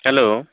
hello